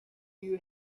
you